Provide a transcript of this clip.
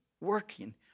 working